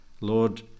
Lord